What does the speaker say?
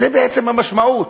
זו בעצם המשמעות.